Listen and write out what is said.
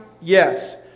Yes